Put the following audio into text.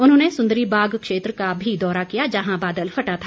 उन्होंने सुंदरी बाग क्षेत्र का भी दौरा किया जहां बादल फटा था